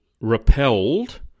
repelled